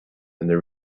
and